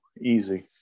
Easy